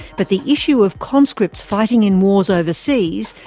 but the issue of conscripts fighting in wars overseas,